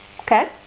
Okay